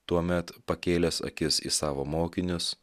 tuomet pakėlęs akis į savo mokinius